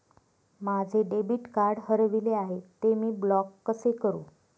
माझे debit card हरविले आहे, ते मी ब्लॉक कसे करु?